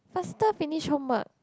faster finish homework